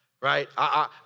right